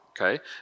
okay